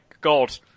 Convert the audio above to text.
God